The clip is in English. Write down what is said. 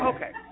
Okay